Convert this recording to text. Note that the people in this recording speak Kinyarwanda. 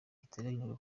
giteganyijwe